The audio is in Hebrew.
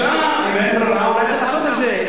בבקשה, אם אין ברירה אולי צריך לעשות את זה.